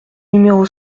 numéro